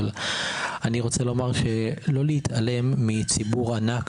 אבל אני מבקש לא להתעלם מציבור ענק